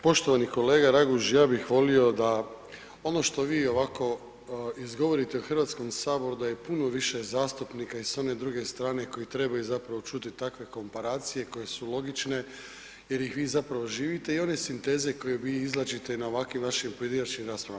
Poštovani kolega Raguž ja bih volio da ono što vi ovako izgovorite u Hrvatskom saboru da je puno više zastupnika i sa one druge strane koji trebaju zapravo čuti takve komparacije koje su logične jer ih vi zapravo živite i one sinteze koje vi izvlačite na ovakvim vašim pojedinačnim raspravama.